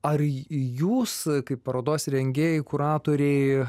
ar jūs kaip parodos rengėjai kuratoriai